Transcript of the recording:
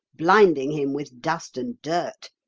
blinding him with dust and dirt.